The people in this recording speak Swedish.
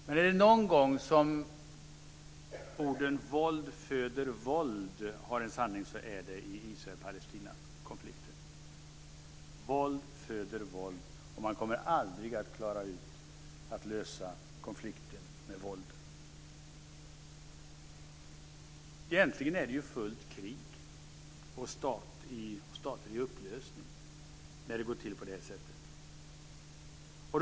Men är det någon gång som orden våld föder våld är en sanning så är det i Israel-Palestina-konflikten. Våld föder våld, och man kommer aldrig att klara ut att lösa konflikten med våld. Egentligen är det fullt krig och stater i upplösning när det går till på det här sättet.